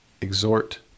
exhort